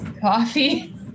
coffee